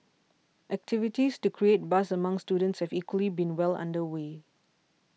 activities to create buzz among students have equally been well under way